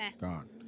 Gone